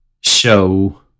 show